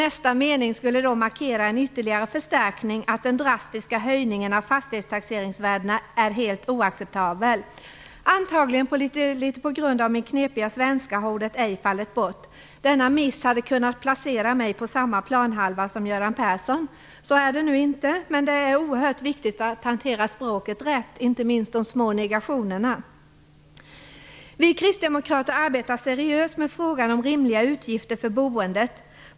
Nästa mening skulle markera en ytterligare förstärkning, att den drastiska höjningen av fastighetstaxeringsvärdena är helt oacceptabel. Det är antagligen på grund av min litet knepiga svenska som ordet ej har fallit bort. Denna miss hade kunnat placera mig på samma planhalva som Göran Persson. Så är det nu inte, men det är oerhört viktigt att hantera språket rätt, inte minst de små negationerna. Vi kristdemokrater arbetar seriöst med frågan om rimliga utgifter för boendet.